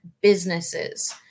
businesses